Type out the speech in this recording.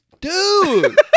dude